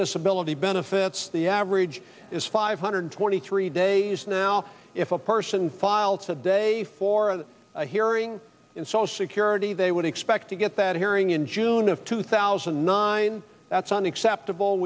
disability benefits the average is five hundred twenty three days now if a person filed today for a hearing in social security they would expect to get that hearing in june of two thousand and nine that's unacceptable